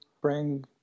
bring